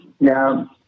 Now